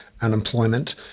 unemployment